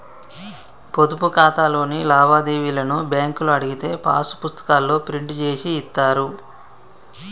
పొదుపు ఖాతాలోని లావాదేవీలను బ్యేంకులో అడిగితే పాసు పుస్తకాల్లో ప్రింట్ జేసి ఇత్తారు